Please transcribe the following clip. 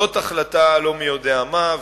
זאת החלטה לא מי-יודע-מה,